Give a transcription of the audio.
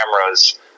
cameras